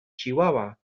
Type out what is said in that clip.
chihuahua